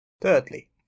Thirdly